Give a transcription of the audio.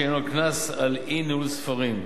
שעניינו קנס על אי-ניהול ספרים,